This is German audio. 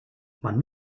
man